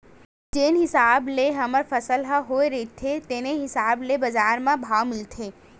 जेन हिसाब ले हमर फसल ह होए रहिथे तेने हिसाब ले बजार म भाव मिलथे